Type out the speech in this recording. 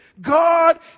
God